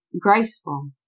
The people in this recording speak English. graceful